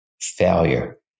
failure